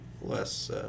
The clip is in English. less